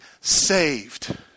saved